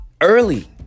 early